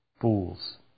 Fools